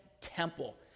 temple